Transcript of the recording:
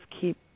keep